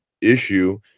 issue